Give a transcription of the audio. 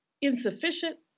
insufficient